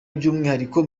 byumwihariko